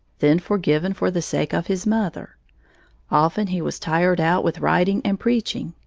then forgiven for the sake of his mother often he was tired out with writing and preaching,